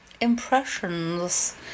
Impressions